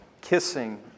kissing